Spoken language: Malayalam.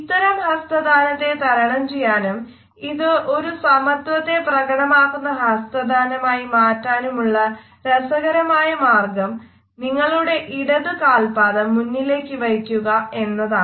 ഇത്തരം ഹസ്തദാനത്തെ തരണം ചെയ്യാനും ഇത് ഒരു സമത്വത്തെ പ്രകടമാക്കുന്ന ഹസ്തദാനമായി മാറ്റാനുമുള്ള രസകരമായ മാർഗം നിങ്ങളുടെ ഇടതു കാല്പാദം മുന്നിലേക്ക് വെയ്ക്കുക എന്നതാണ്